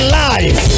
life